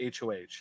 HOH